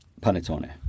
panettone